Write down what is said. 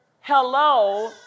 hello